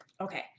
Okay